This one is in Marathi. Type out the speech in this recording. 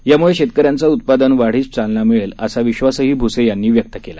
यामुळे शेतकऱ्यांचे उत्पादन वाढीस चालना मिळेल असा विश्वासही भुसे यांनी व्यक्त केला